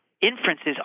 inferences